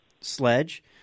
sledge